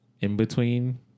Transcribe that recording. in-between